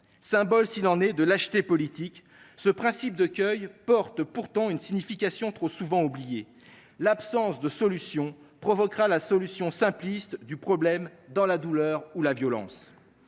Symbole s’il en est de lâcheté politique, ce principe porte pourtant une signification trop souvent oubliée : l’absence de solution provoquera une résolution simpliste du problème, dans la douleur ou par la violence.